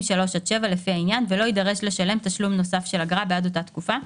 3 עד 7 לפי העניין ולא יידרש לשלם תשלום נוסף של אגרה בעד אותה תקופה.